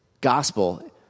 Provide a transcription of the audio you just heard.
gospel